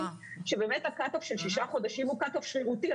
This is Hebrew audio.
שבאמת הזמן של שישה חודשים הוא שרירותי.